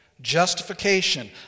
justification